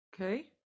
Okay